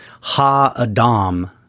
ha-adam